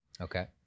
Okay